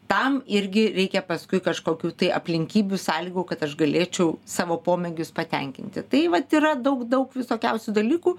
tam irgi reikia paskui kažkokių tai aplinkybių sąlygų kad aš galėčiau savo pomėgius patenkinti tai vat yra daug daug visokiausių dalykų